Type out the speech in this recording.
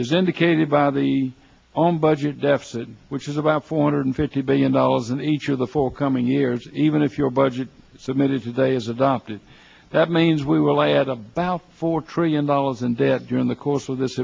is indicated by the on budget deficit which is about four hundred fifty billion dollars in each of the four coming years even if your budget submitted today is adopted that means we will add about four trillion dollars in debt during the course of this